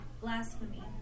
blasphemy